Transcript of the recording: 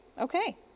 Okay